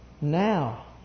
now